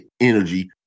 energy